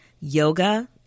yoga